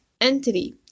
entity